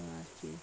আর কি